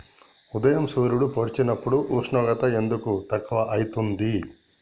ఉదయం సూర్యుడు పొడిసినప్పుడు ఉష్ణోగ్రత ఎందుకు తక్కువ ఐతుంది?